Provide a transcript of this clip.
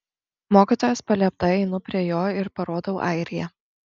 mokytojos paliepta einu prie jo ir parodau airiją